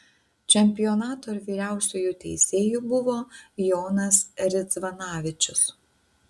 čempionato vyriausiuoju teisėju buvo jonas ridzvanavičius